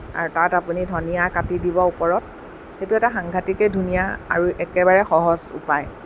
আৰু তাত আপুনি ধনিয়া কাটি দিব ওপৰত সেইটো এটা সাংঘাটিকেই ধুনীয়া আৰু একেবাৰে সহজ উপায়